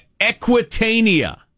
Equitania